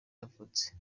yavutse